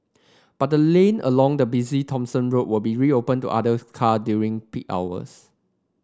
but the lane along the busy Thomson Road will be reopened to other car during peak hours